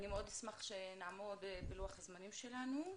אשמח שנעמוד בלוח הזמנים שלנו.